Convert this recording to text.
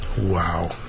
Wow